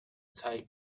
type